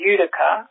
Utica